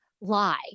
lie